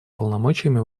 полномочиями